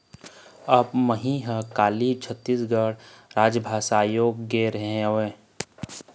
अब मही ह काली छत्तीसगढ़ राजभाषा आयोग गे रेहे हँव